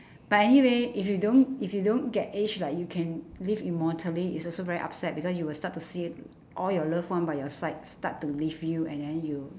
but anyway if you don't if you don't get age like you can live immortally it's also very upset because you will start to see all your loved one by your side start to leave you and then you